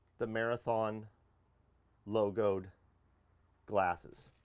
the marathon logoed glasses,